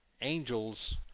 angels